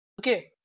Okay